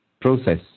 process